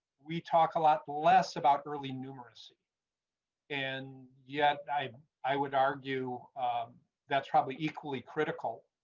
we talk a lot less about early numeracy and yeah, i i would argue that's probably equally critical.